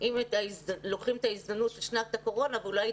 אם לוקחים את שנתה קורונה כהזדמנות ואולי היא